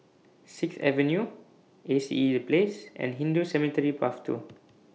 Sixth Avenue A C E The Place and Hindu Cemetery Path two